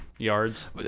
yards